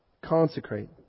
Consecrate